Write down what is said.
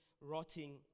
rotting